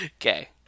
Okay